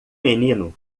menino